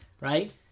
right